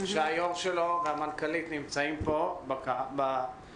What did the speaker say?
שהיו"ר והמנכ"לית שלו נמצאים פה ב"זום".